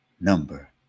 number